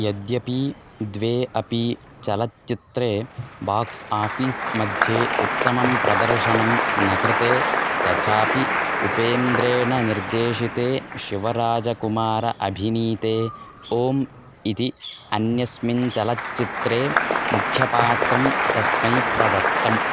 यद्यपि द्वे अपि चलच्चित्रे बाक्स् आफ़ीस् मध्ये उत्तमं प्रदर्शनं न कृते तथापि उपेन्द्रेण निर्देशिते शिवराजकुमार अभिनीते ओम् इति अन्यस्मिन् चलच्चित्रे मुख्यपात्रं तस्मै प्रदत्तम्